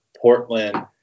Portland